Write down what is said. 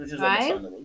right